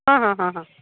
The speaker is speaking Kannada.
ಹಾಂ ಹಾಂ ಹಾಂ ಹಾಂ